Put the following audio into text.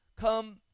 come